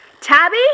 Tabby